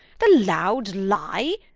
the loud lie?